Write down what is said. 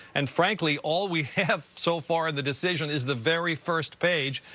and frankly, all we have so far of the decision is the very first page.